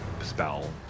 spell